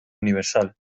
universal